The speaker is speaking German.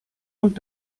und